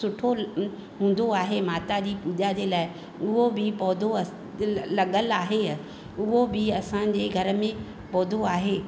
सुठो हूंदो आहे माता जी पूॼा जे लाइ उहो बि पौधो अस लॻल आहे उहो बि असांजे घर में पौधो आहे